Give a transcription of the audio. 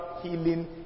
healing